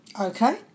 Okay